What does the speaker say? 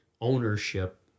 ownership